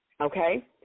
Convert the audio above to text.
okay